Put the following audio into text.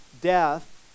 death